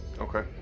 Okay